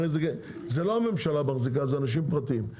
הרי זה לא הממשלה מחזיקה זה אנשים פרטיים,